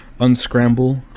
unscramble